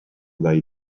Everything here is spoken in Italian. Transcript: dai